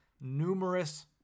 numerous